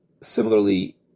similarly